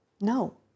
No